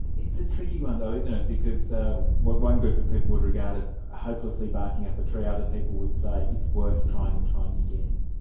it's a tricky one though isn't it, because so what one group of people would regard as hopelessly barking up a tree, other people would say it's worth trying, and trying again.